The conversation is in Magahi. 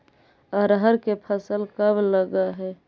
अरहर के फसल कब लग है?